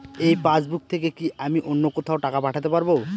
এই পাসবুক থেকে কি আমি অন্য কোথাও টাকা পাঠাতে পারব?